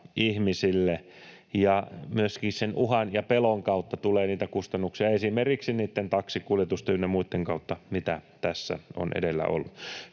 ihmisille. Ja myöskin sen uhan ja pelon kautta tulee niitä kustannuksia, esimerkiksi niitten taksikuljetusten ynnä muitten kautta, mitä tässä on edellä ollut.